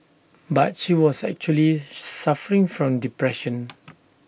but she was actually suffering from depression